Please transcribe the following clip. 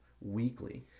weekly